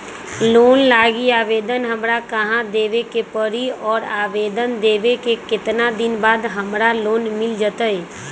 Loan लागी आवेदन हमरा कहां देवे के पड़ी और आवेदन देवे के केतना दिन बाद हमरा लोन मिल जतई?